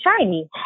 shiny